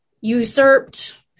usurped